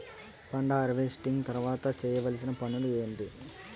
పంట హార్వెస్టింగ్ తర్వాత చేయవలసిన పనులు ఏంటి?